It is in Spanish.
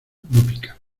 pica